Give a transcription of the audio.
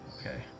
Okay